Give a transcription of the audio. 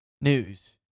News